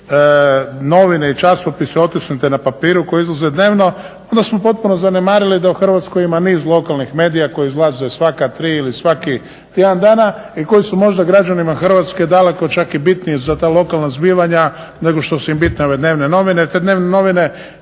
stavili novine i časopise otisnute na papiru koje izlaze dnevno onda smo potpuno zanemarili da u Hrvatskoj ima niz lokalnih medija koji izlaze svaka tri ili svakih tjedan dana i koji su možda građanima Hrvatske daleko čak i bitniji za ta lokalna zbivanja nego što su im bitne ove dnevne novine,